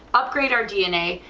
upgrader dna,